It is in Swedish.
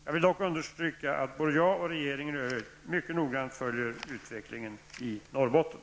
Jag vill dock understryka att både jag och regeringen i övrigt mycket noggrant följer utvecklingen i Norrbotten.